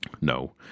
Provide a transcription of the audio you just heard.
no